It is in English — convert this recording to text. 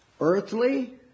Earthly